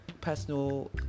personal